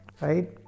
right